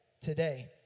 today